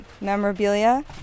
memorabilia